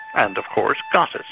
and of course got it.